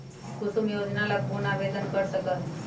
कुसुम योजना ला कौन आवेदन कर सका हई?